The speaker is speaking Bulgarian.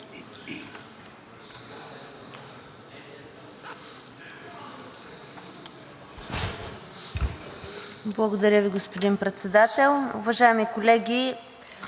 Благодаря, господин Председател. Уважаеми колеги,